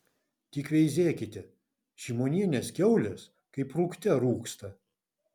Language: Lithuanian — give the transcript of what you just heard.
tik veizėkite šimonienės kiaulės kaip rūgte rūgsta